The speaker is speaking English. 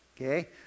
Okay